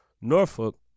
Norfolk